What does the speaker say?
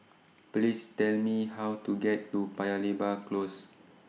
Please Tell Me How to get to Paya Lebar Close